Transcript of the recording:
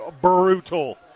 brutal